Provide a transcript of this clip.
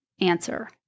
answer